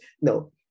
No